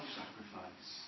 sacrifice